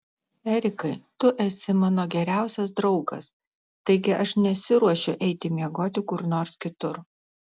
erikai tu esi mano geriausias draugas taigi aš nesiruošiu eiti miegoti kur nors kitur